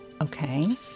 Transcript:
Okay